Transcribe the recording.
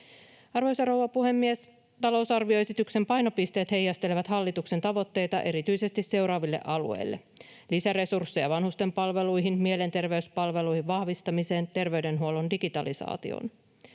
Arvoisa rouva puhemies! Talousarvioesityksen painopisteet heijastelevat hallituksen tavoitteita erityisesti seuraaville alueille: lisäresursseja vanhustenpalveluihin, mielenterveyspalvelujen vahvistamiseen, terveydenhuollon digitalisaatioon.